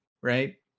right